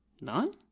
None